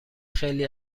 خیلی